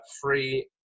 free